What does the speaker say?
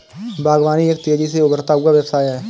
बागवानी एक तेज़ी से उभरता हुआ व्यवसाय है